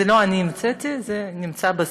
זה לא אני המצאתי, זה נמצא בספרות.